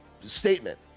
statement